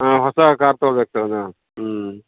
ಹಾಂ ಹೊಸ ಕಾರ್ ತಗೊಬೇಕು ಸರ್ ನಾನು ಹ್ಞೂ